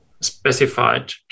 Specified